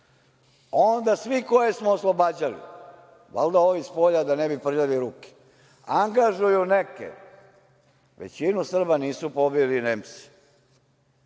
Onda svi koje smo oslobađali, valjda ovi spolja da ne bi prljali ruke, angažuje neke. Većinu Srba nisu pobili Nemci,